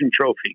trophy